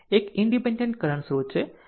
એક independent current સ્રોત છે